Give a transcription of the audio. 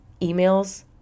emails